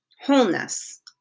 Wholeness